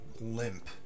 limp